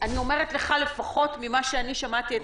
לפחות ממה שאני שמעתי,